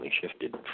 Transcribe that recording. shifted